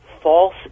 false